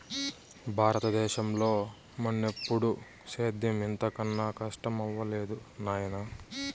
బారత దేశంలో మున్నెప్పుడూ సేద్యం ఇంత కనా కస్టమవ్వలేదు నాయనా